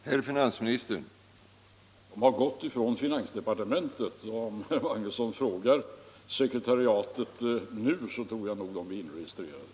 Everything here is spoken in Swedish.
Herr talman! Motionerna har gått från finansdepartementet. Om herr Magnusson i Borås frågar sekretariatet nu, får han nog beskedet att de har kommit in och blivit registrerade.